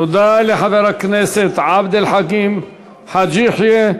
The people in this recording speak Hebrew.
תודה לחבר הכנסת עבד אל חכים חאג' יחיא.